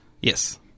Yes